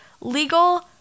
legal